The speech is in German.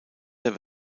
der